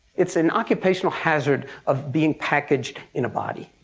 it's an occupational hazard of being packaged in a body,